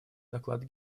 доклады